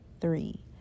three